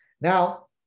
Now